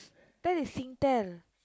that is Singtel